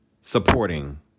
supporting